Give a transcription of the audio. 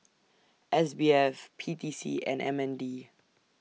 S B F P T C and M N D